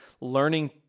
learning